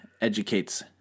educates